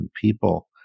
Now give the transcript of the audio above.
people